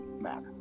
matter